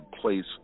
place